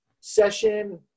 session